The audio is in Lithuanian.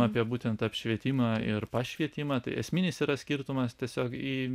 apie būtent apšvietimą ir pašvietimą tai esminis yra skirtumas tiesiog į